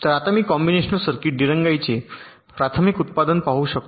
तर आता मी कॉम्बिनेशनल सर्किट दिरंगाईचे प्राथमिक उत्पादन पाहू शकते